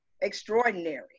extraordinary